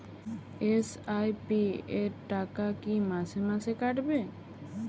SIP র টাকা কী মাসে মাসে কাটবে?